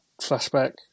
flashback